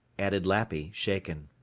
added lappy, shaken.